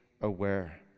aware